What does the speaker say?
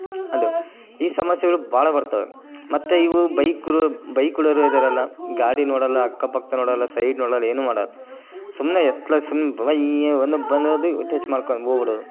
ಅದು ಈ ಸಮಸ್ಯೆಗಳು ಭಾಳ ಬರ್ತವೆ ಮತ್ತು ಇವು ಬೈಕ್ರು ಬೈಕ್ಗಳೋರು ಇದ್ದಾರಲ್ಲ ಗಾಡಿ ನೋಡೋಲ್ಲ ಅಕ್ಕಪಕ್ಕ ನೋಡೋಲ್ಲ ಸೈಡ್ ನೋಡಲ್ಲ ಏನೂ ಮಾಡಲ್ಲ ಸುಮ್ಮನೆ ಎತ್ಲಗೆ ಸುಮ್ ವಯ್ ಒಂದು ಬಂದಿರೋದು ಟಚ್ ಮಾಡ್ಕಂಡ್ ಹೋಗ್ಬುಡದು